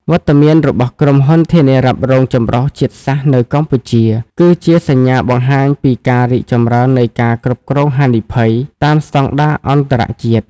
វត្តមានរបស់ក្រុមហ៊ុនធានារ៉ាប់រងចម្រុះជាតិសាសន៍នៅកម្ពុជា គឺជាសញ្ញាបង្ហាញពីការរីកចម្រើននៃ ការគ្រប់គ្រងហានិភ័យ តាមស្ដង់ដារអន្តរជាតិ។